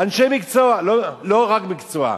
אנשי מקצוע, לא רק מקצוע.